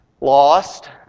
lost